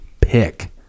pick